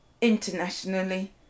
Internationally